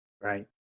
Right